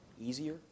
easier